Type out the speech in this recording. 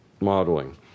modeling